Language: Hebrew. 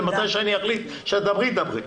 ומתי שאני אחליט שאת תדברי תדברי.